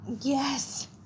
Yes